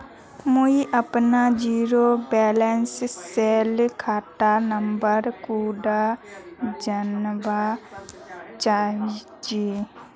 मुई अपना zero balance सेल खाता नंबर कुंडा जानवा चाहची?